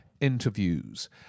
interviews